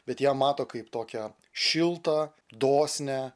bet ją mato kaip tokią šiltą dosnią